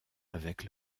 avec